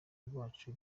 rwacu